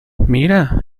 mira